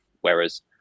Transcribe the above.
Whereas